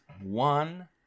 one